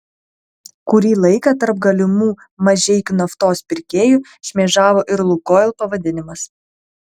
kurį laiką tarp galimų mažeikių naftos pirkėjų šmėžavo ir lukoil pavadinimas